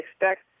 expect